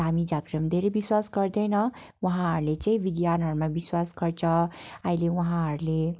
धामी झाँक्रीलाई धेरै विश्वास गर्दैन वहाँहरले चैँ बिज्ञानहरमा विश्वास गर्छ अहिले उहाँहरूले